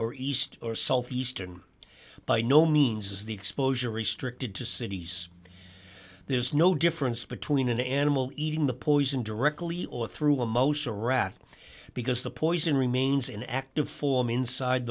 or east or south eastern by no means is the exposure restricted to cities there's no difference between an animal eating the poison directly or through emotional rat because the poison remains in active form inside